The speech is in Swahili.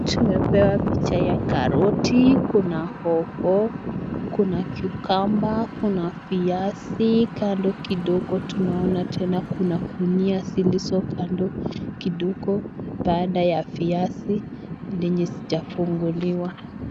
Tumepewa picha ya karoti, kuna hoho, kuna cucumber ,kuna viazi, kando kidogo tunaona tena kuna gunia zilizo kando kidogo baada ya viazi zenye hazijafunguliwa.